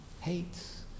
hates